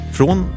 Från